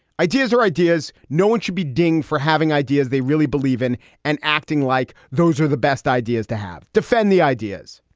ideas or ideas. no one should be ding for having ideas they really believe in and acting like those are the best ideas to have. defend the ideas.